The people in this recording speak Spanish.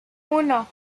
uno